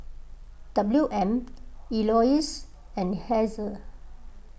W M Elouise and Hazel